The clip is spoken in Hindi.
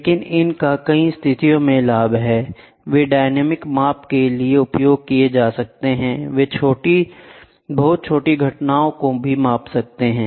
लेकिन इनका कई स्थितियों में लाभ है वे डायनामिक माप के लिए उपयोग किए जाते हैं वे बहुत छोटी घटनाओं को भी माप सकते हैं